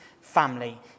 family